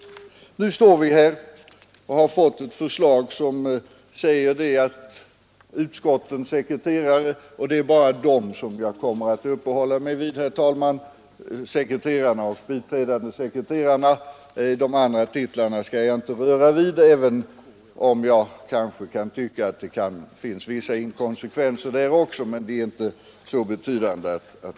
Jag kommer nu att uppehålla mig enbart vid utskottens sekreterare och biträdande sekreterare och skall inte beröra de andra titlarna i förslaget. Även om man kanske kan tycka att det där finns vissa inkonsekvenser, är dessa dock inte så betydande.